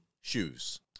shoes